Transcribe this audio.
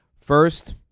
First